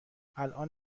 الان